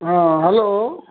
ହଁ ହାଲୋ